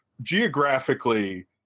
geographically